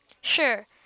Sure